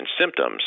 symptoms